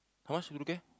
how much True Care